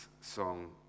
song